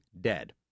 dead